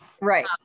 Right